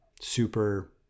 super